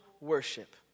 worship